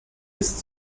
ist